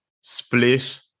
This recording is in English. split